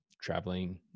traveling